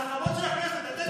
למה אתה מתחיל עם הדבר הזה?